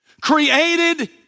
created